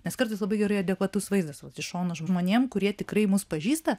nes kartais labai gerai adekvatus vaizdas vat iš šono žmonėm kurie tikrai mus pažįsta